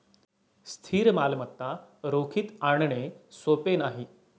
स्थिर मालमत्ता रोखीत आणणे सोपे नाही